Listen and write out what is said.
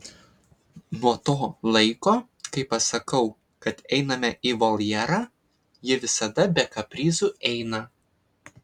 nuo to laiko kai pasakau kad einame į voljerą ji visada be kaprizų eina